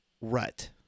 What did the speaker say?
rut